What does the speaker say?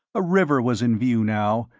a river was in view now,